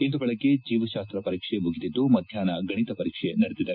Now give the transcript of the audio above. ಇಂದು ಬೆಳಗ್ಗೆ ಜೀವಶಾಸ್ತ ಪರೀಕ್ಷೆ ಮುಗಿದಿದ್ದು ಮಧ್ಯಾಷ್ನ ಗಣಿತ ಪರೀಕ್ಷೆ ನಡೆದಿದೆ